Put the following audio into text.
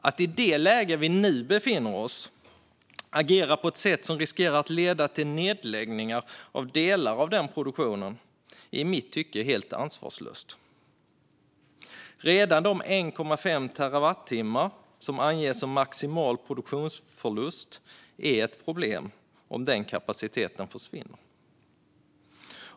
Att i det läge vi nu befinner oss i agera på ett sätt som riskerar att leda till nedläggningar av delar av den produktionen är i mitt tycke helt ansvarslöst. Redan de 1,5 terawattimmar som anges som maximal produktionsförlust är ett problem. Det är ett problem om den kapaciteten försvinner.